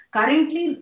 Currently